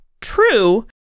true